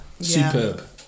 Superb